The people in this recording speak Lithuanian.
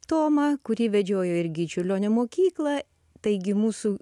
tomą kurį vedžiojo irgi į čiurlionio mokyklą taigi mūsų